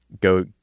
go